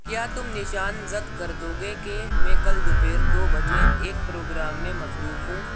کیا تم نشان زد کر دو گے کہ میں کل دوپہر دو بجے ایک پروگرام میں مصروف ہوں